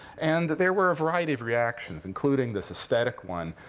and there were a variety of reactions, including this aesthetic one.